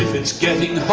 it's getting ah